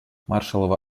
маршалловы